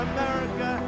America